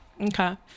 Okay